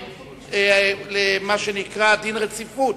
למה שנקרא דין רציפות,